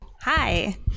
hi